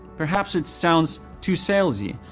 perhaps it sounds too salesy,